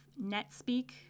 Netspeak